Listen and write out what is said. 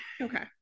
Okay